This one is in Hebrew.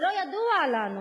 ולא ידוע לנו